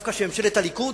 דווקא של ממשלת הליכוד,